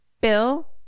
Bill